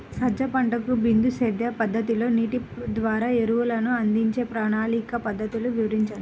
సజ్జ పంటకు బిందు సేద్య పద్ధతిలో నీటి ద్వారా ఎరువులను అందించే ప్రణాళిక పద్ధతులు వివరించండి?